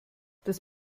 das